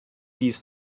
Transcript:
dies